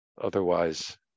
Otherwise